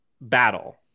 battle